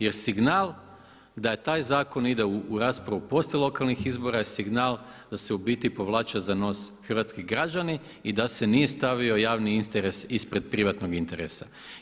Jer signal da taj zakon ide u raspravu poslije lokalnih izbora je signal da se u biti povlače za nos hrvatski građani i da se nije stavio javni interes ispred privatnog interesa.